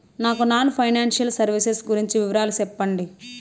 నాకు non financial services గురించి వివరాలు సెప్పండి?